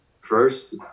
First